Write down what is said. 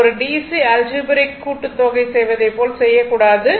அது ஒரு dc algebraic கூட்டுத்தொகை செய்வதை போல செய்யக்கூடாது